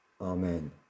Amen